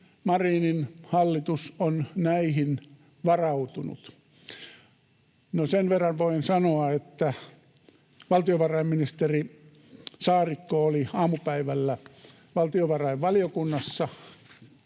Marinin hallitus on näihin varautunut? No sen verran voin sanoa, että valtiovarainministeri Saarikko oli aamupäivällä valtiovarainvaliokunnassa